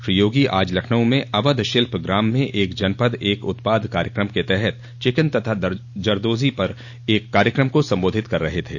श्री योगी आज लखनऊ में अवध शिल्प ग्राम में एक जनपद एक उत्पाद कार्यक्रम के तहत चिकन तथा जरदोज़ी पर एक कार्यक्रम को सम्बोधित कर रहे थे